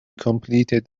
completed